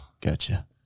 Gotcha